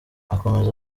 akomeza